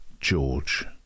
George